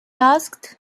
asked